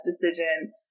decision